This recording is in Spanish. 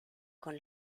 con